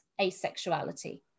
asexuality